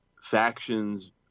factions